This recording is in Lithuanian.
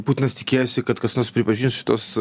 putinas tikėjosi kad kas nors pripažins šituos